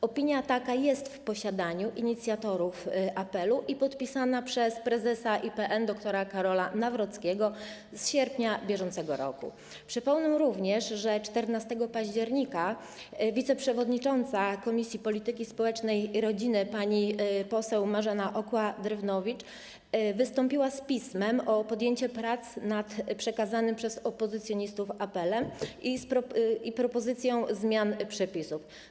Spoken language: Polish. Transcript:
Opinia taka jest w posiadaniu inicjatorów apelu i podpisana została przez prezesa IPN dr. Karola Nawrockiego w sierpniu br. Przypomnę również, że 14 października wiceprzewodnicząca Komisji Polityki Społecznej i Rodziny pani poseł Marzena Okła-Drewnowicz wystąpiła z pismem o podjęcie prac nad przekazanym przez opozycjonistów apelem i z propozycją zmian przepisów.